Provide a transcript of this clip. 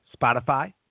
Spotify